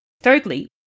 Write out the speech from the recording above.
Thirdly